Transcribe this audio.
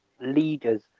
leaders